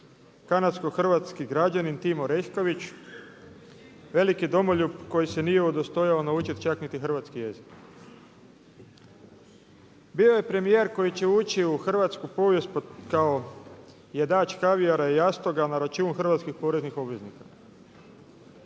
kanadsko-hrvatski građanin Tim Orešković veliki domoljub koji se nije udostojio naučiti čak niti hrvatski jezik. Bio je premijer koji će ući u hrvatsku povijest kao jedač kavijara i jastoga na račun hrvatskih poreznih obveznika.